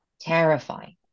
terrifying